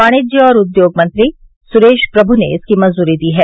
वाणिज्य और उद्योग मंत्री सुरेश प्रभु ने इसकी मंजूरी दी है